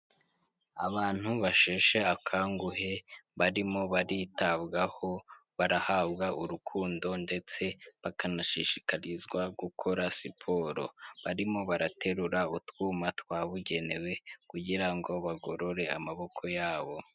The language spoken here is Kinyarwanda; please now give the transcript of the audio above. Abantu basheshe akanguhe barimo baritabwaho barahabwa urukundo ndetse bakanashishikarizwa gukora siporo, barimo baraterura utwuma twabugenewe kugira ngo bagorore amaboko yabo.